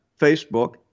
Facebook